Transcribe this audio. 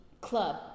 club